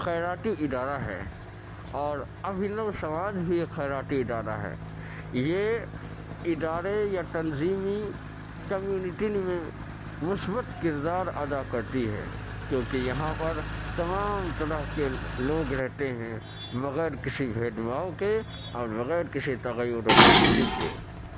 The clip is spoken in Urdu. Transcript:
خیراتی ادارہ ہے اور ابھینو سماج بھی ایک خیراتی ادارہ ہے یہ ادارے یا تنظیمی کمیونٹی میں مثبت کردار ادا کرتی ہے کیونکہ یہاں پر تمام طرح کے لوگ رہتے ہیں بغیر کسی بھید بھاؤ کے اور بغیر کسی تغیر و تبدیلی کے